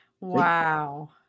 wow